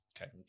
Okay